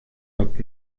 not